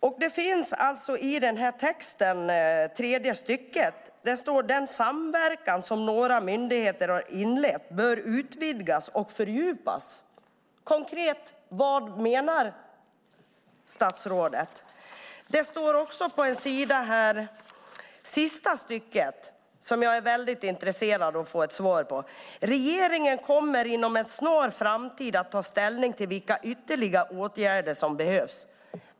I tredje stycket i svaret står det: "Den samverkan som några myndigheter har inlett bör utvidgas och fördjupas." Vad menar statsrådet konkret med det? Det står också något i sista stycket som jag är väldigt intresserad av. Det står: "Regeringen kommer inom en snar framtid att ta ställning till vilka ytterligare åtgärder som behövs."